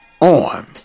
on